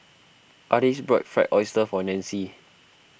Ardis bought Fried Oyster for Nancy